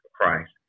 Christ